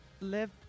live